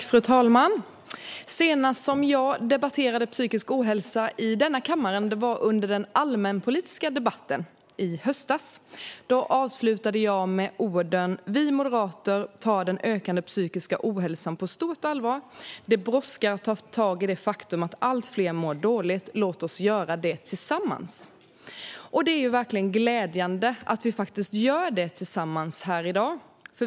Fru talman! Senast jag debatterade psykisk ohälsa i denna kammare var under den allmänpolitiska debatten i höstas. Då avslutade jag med orden: "Vi moderater tar den ökande psykiska ohälsan på stort allvar. Det brådskar att ta tag i det faktum att allt fler mår dåligt. Låt oss göra detta tillsammans." Det är verkligen glädjande att vi faktiskt gör detta tillsammans här i dag.